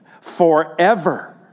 forever